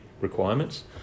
requirements